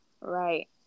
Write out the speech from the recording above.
Right